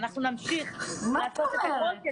ואנחנו נמשיך לעשות הכול,